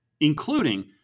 including